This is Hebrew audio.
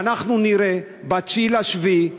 ואנחנו נראה ב-9 ביולי,